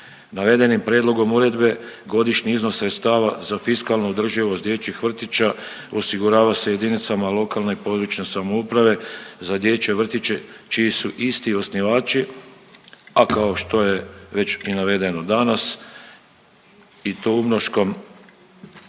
Navedenim prijedlogom uredbe godišnji iznos sredstava za fiskalnu održivost dječjih vrtića osigurava se jedinicama lokalne i područne samouprave za dječje vrtiće čiji su isti osnivači, a kao što je već i navedeno danas, i to umnoškom broja